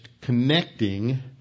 connecting